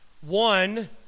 One